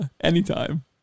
Anytime